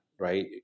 right